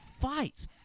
fights